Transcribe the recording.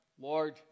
Lord